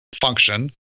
function